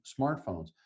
smartphones